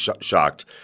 shocked